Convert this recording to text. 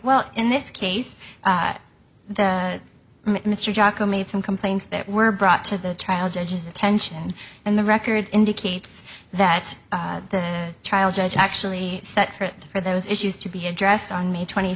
well in this case at the moment mr jocko made some complaints that were brought to the trial judge's attention and the record indicates that the trial judge actually set for it for those issues to be addressed on may twenty